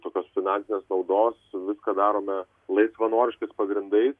tokios finansinės naudos viską darome laisvanoriškais pagrindais